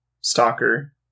Stalker